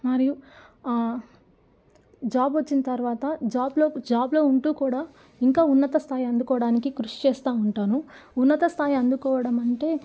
మరియు జాబ్ వచ్చిన తర్వాత జాబ్లోకి జాబ్లో ఉంటూ కూడా ఇంకా ఉన్నత స్థాయి అందుకోవడానికి కృషి చేస్తూ ఉంటాను ఉన్నత స్థాయి అందుకోవడం అంటే